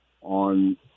on